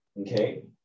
Okay